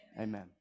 Amen